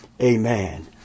Amen